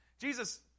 Jesus